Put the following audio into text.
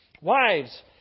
Wives